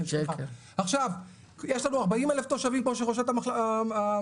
יש לנו 40,000 תושבים כמו שראשת המועצה